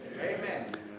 Amen